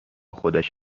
خودش